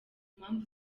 mpamvu